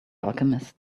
alchemist